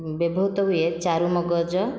ବ୍ୟବହୃତ ହୁଏ ଚାରମଗଜ